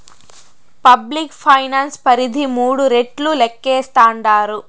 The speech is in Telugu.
పబ్లిక్ ఫైనాన్స్ పరిధి మూడు రెట్లు లేక్కేస్తాండారు